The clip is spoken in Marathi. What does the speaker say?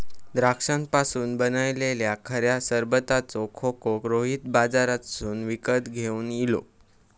द्राक्षांपासून बनयलल्या खऱ्या सरबताचो खोको रोहित बाजारातसून विकत घेवन इलो